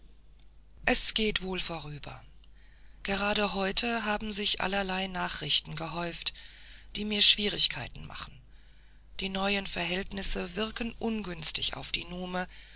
es geht wohl vorüber gerade heute haben sich allerlei nachrichten gehäuft die mir schwierigkeiten machen die neuen verhältnisse wirken ungünstig auf die nume